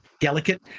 delicate